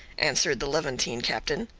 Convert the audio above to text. answered the levantine captain,